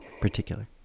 particular